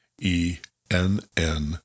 E-N-N